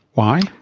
why?